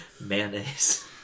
Mayonnaise